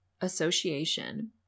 Association